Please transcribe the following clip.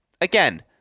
Again